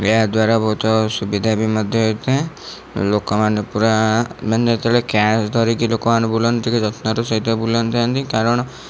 ଏହା ଦ୍ବାରା ବହୁତ ସୁବିଧା ବି ମଧ୍ୟ ହୋଇଥାଏ ଲୋକମାନେ ପୁରା ମାନେ ଯେତେବେଳେ କ୍ୟାସ୍ ଧରିକି ଲୋକମାନେ ବୁଲନ୍ତି ଟିକେ ଯତ୍ନର ସହିତ ବୁଲନ୍ତି କାରଣ